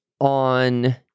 on